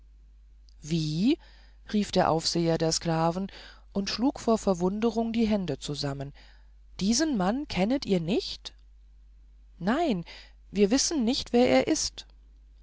wie rief der aufseher der sklaven und schlug vor verwunderung die hände zusammen diesen mann kennet ihr nicht nein wir wissen nicht wer er ist